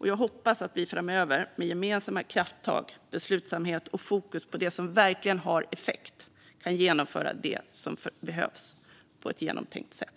Jag hoppas att vi framöver med gemensamma krafttag, beslutsamhet och fokus på det som verkligen har effekt kan genomföra det som behövs på ett genomtänkt sätt.